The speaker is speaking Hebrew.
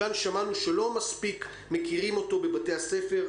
כאן שמענו שלא מספיק מכירים אותו בבתי הספר,